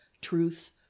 truth